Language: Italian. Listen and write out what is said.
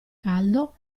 caldo